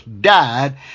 died